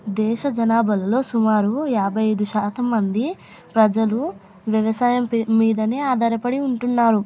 దేశ జనాభలలోల్లో సుమారు యాభై ఐదు శాతం మంది ప్రజలు వ్యవసాయం మీద ఆధారపడి ఉంటున్నారు